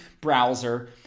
browser